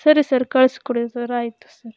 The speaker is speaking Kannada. ಸರಿ ಸರ್ ಕಳ್ಸಿಕೊಡಿ ಸರ್ ಆಯಿತು ಸರ್